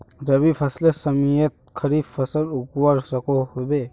रवि फसलेर समयेत खरीफ फसल उगवार सकोहो होबे?